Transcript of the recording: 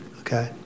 Okay